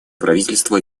правительство